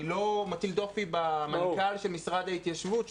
אני לא מטיל דופי במנכ"ל של משרד ההתיישבות,